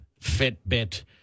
Fitbit